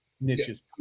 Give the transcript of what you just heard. Niches